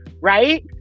right